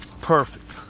perfect